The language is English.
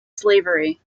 slavery